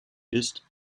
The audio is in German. ist